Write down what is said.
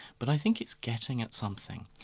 but i think it's getting at something,